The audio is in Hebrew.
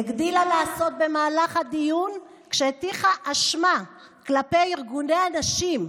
היא הגדילה לעשות במהלך הדיון והטיחה האשמה כלפי ארגוני הנשים.